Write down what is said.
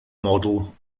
model